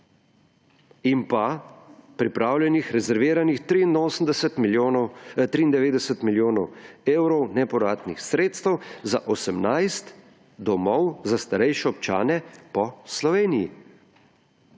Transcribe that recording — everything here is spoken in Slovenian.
in pripravljenih, rezerviranih 93 milijonov evrov nepovratnih sredstev za 18 domov za starejše občane po Sloveniji.